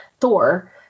Thor